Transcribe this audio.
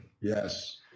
yes